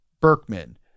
Berkman